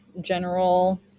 general